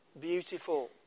beautiful